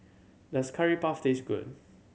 does Curry Puff taste good